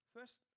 First